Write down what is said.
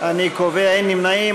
אין נמנעים.